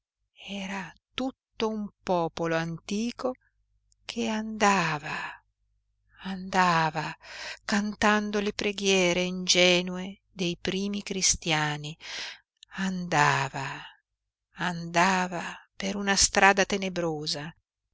era tutto un popolo antico che andava andava cantando le preghiere ingenue dei primi cristiani andava andava per una strada tenebrosa